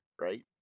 right